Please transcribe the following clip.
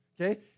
okay